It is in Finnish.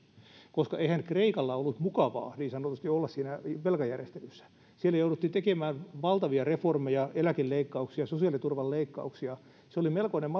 että eihän kreikalla ollut mukavaa niin sanotusti olla siinä velkajärjestelyssä siellä jouduttiin tekemään valtavia reformeja eläkeleikkauksia sosiaaliturvaleikkauksia se oli melkoinen